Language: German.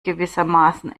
gewissermaßen